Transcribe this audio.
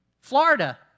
Florida